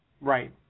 Right